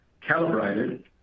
calibrated